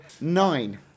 Nine